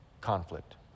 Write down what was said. conflict